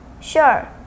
Sure